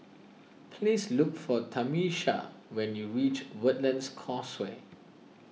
please look for Tamisha when you reach Woodlands Causeway